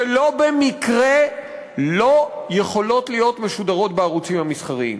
שלא במקרה לא יכולים להיות משודרים בערוצים המסחריים.